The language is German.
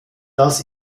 das